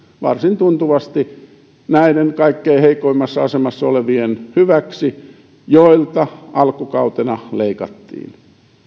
varsin tuntuvasti näiden kaikkein heikoimmassa asemassa olevien hyväksi joilta alkukautena leikattiin